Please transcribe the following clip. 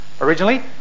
originally